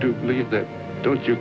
do believe that don't you